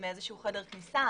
מחדר כניסה,